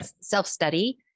self-study